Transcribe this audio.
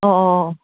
अ अ अ